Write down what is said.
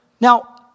Now